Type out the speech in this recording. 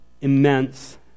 immense